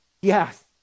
yes